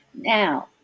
now